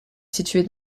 située